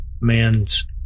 man's